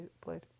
played